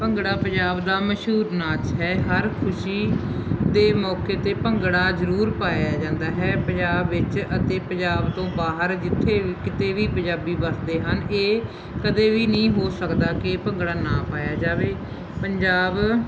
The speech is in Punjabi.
ਭੰਗੜਾ ਪੰਜਾਬ ਦਾ ਮਸ਼ਹੂਰ ਨਾਚ ਹੈ ਹਰ ਖੁਸ਼ੀ ਦੇ ਮੌਕੇ 'ਤੇ ਭੰਗੜਾ ਜ਼ਰੂਰ ਪਾਇਆ ਜਾਂਦਾ ਹੈ ਪੰਜਾਬ ਵਿੱਚ ਅਤੇ ਪੰਜਾਬ ਤੋਂ ਬਾਹਰ ਜਿੱਥੇ ਵ ਕਿਤੇ ਵੀ ਪੰਜਾਬੀ ਵਸਦੇ ਹਨ ਇਹ ਕਦੇ ਵੀ ਨਹੀਂ ਹੋ ਸਕਦਾ ਕਿ ਭੰਗੜਾ ਨਾ ਪਾਇਆ ਜਾਵੇ ਪੰਜਾਬ